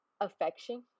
affection